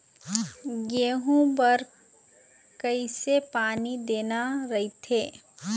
गेहूं बर कइसे पानी देना रथे?